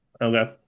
Okay